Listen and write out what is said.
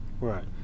Right